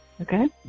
Okay